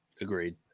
Agreed